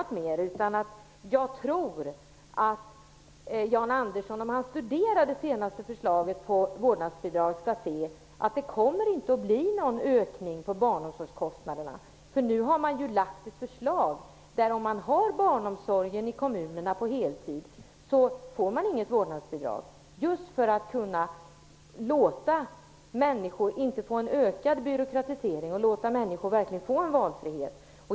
Om Jan Andersson studerar det senaste förslaget till vårdnadsbidrag skall han se att barnomsorgskostnaderna inte kommer att öka. Det här förslaget innebär att den som har barnomsorg på heltid i en kommun inte får något vårdnadsbidrag, just för att byråkratin inte skall öka och för att människor skall få ökad valfrihet.